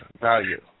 value